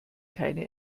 keine